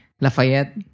Lafayette